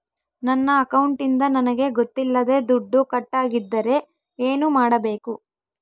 ನನ್ನ ಅಕೌಂಟಿಂದ ನನಗೆ ಗೊತ್ತಿಲ್ಲದೆ ದುಡ್ಡು ಕಟ್ಟಾಗಿದ್ದರೆ ಏನು ಮಾಡಬೇಕು?